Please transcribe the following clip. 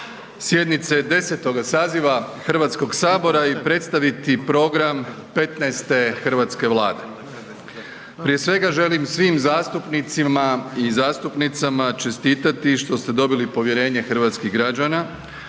sjednice 10. saziva Hrvatskoga sabora i predstaviti program 15. hrvatske Vlade. Prije svega želim svim zastupnicima i zastupnicama čestitati što ste dobili povjerenje hrvatskih građana,